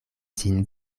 sin